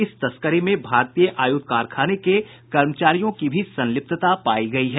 इस तस्करी में भारतीय आयुध कारखाने के कर्मचारियों की भी संलिप्तता पायी गयी है